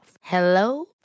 Hello